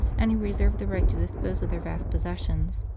and he reserved the right to dispose of their vast possessions.